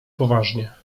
poważnie